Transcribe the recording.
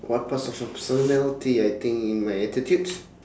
what parts of your personality I think in my attitudes